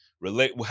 relate